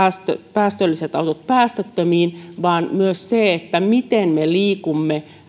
päästölliset autot päästöttömiin vaan myös se miten me liikumme